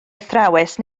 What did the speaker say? athrawes